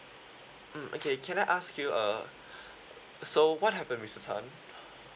mm okay can I ask you err so what happened mister tan